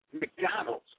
McDonald's